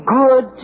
good